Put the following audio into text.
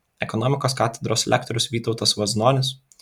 ekonomikos katedros lektorius vytautas vaznonis